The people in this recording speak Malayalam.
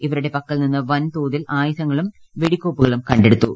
ഇവരുടെ പക്കൽ നിന്നും വൻതോതിൽ ആയുധങ്ങളും വെടിക്കോപ്പുകളും കണ്ടെടുത്തു